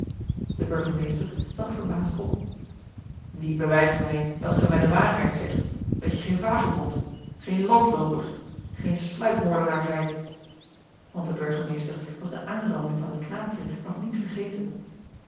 de burgemeester zag verbaasd op wie bewijst mij dat ge mij de waarheid zegt dat je geen vagebond geen landlooper geen sluipmoordenaar zijt want de burgemeester was de aanranding van het knaapje nog niet vergeten